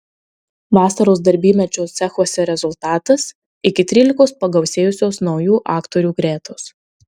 vasaros darbymečio cechuose rezultatas iki trylikos pagausėjusios naujų aktorių gretos